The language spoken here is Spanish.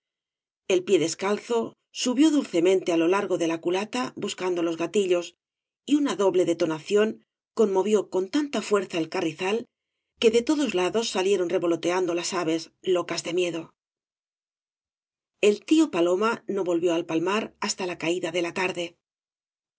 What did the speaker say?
el pie descalzo subió dulcemente á lo largo de la culata buscando los gatillos y una doble detonación conmovió con tanta fuerza el carrizal que de todos lados salieron revoloteando las aves locas de miedo el tío paloma no volvió al palmar hasta la caída de ja tarde